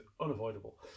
unavoidable